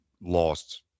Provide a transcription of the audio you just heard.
lost